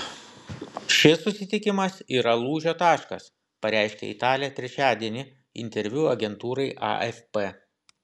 šis susitikimas yra lūžio taškas pareiškė italė trečiadienį interviu agentūrai afp